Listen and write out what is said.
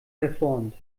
verformt